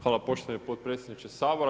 Hvala poštovani potpredsjedniče Sabora.